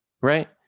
right